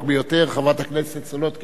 חברת הכנסת סולודקין, בבקשה.